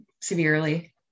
severely